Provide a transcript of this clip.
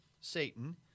Satan